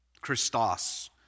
Christos